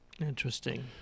Interesting